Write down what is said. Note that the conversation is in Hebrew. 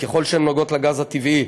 ככל שהן נוגעות לגז הטבעי,